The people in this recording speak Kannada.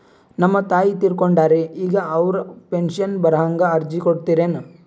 ನಮ್ ತಾಯಿ ತೀರಕೊಂಡಾರ್ರಿ ಈಗ ಅವ್ರ ಪೆಂಶನ್ ಬರಹಂಗ ಅರ್ಜಿ ಕೊಡತೀರೆನು?